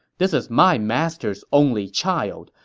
this is my master's only child,